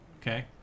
Okay